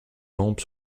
lampe